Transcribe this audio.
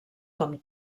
com